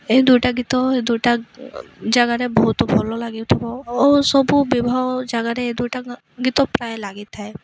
ଏ ଦୁଇଟା ଗୀତ ଏ ଦୁଇଟା ଜାଗାରେ ବହୁତ ଭଲ ଲାଗିଥିବ ଓ ସବୁ ବିବାହ ଜାଗାରେ ଏ ଦୁଇଟା ଗୀତ ପ୍ରାୟ ଲାଗିଥାଏ